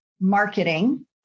marketing